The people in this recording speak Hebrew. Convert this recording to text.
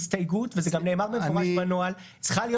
ההסתייגות, וזה גם נאמר במפורש בנוהל, צריכה להיות